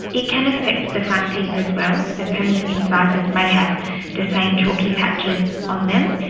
it can affect the front teeth as well, the permanent incisors may have the same chalky patches on them.